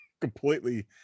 completely